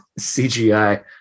cgi